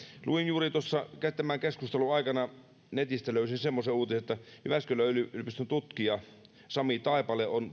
luin juuri tuossa tämän keskustelun aikana netistä löysin semmoisen uutisen että jyväskylän yliopiston tutkija sami taipale on